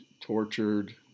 tortured